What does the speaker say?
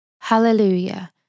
Hallelujah